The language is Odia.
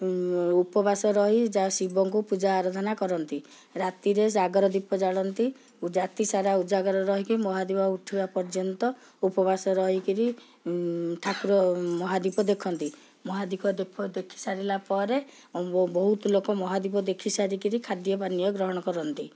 ଉପବାସ ରହି ଯା ଶିବଙ୍କୁ ପୂଜା ଆରାଧନା କରନ୍ତି ରାତିରେ ଜାଗର ଦୀପ ଜାଳନ୍ତି ଓ ରାତିସାରା ଉଜାଗର ରହିକି ମହାଦୀପ ଉଠିବା ପର୍ଯ୍ୟନ୍ତ ଉପବାସ ରହିକରି ଠାକୁର ମହାଦୀପ ଦେଖନ୍ତି ମହାଦୀପ ଦେଖିସାରିଲା ପରେ ବହୁତ ଲୋକ ମହାଦୀପ ଦେଖିସାରି ଖାଦ୍ୟ ପାନୀୟ ଗ୍ରହଣ କରନ୍ତି